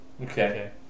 Okay